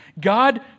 God